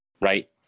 Right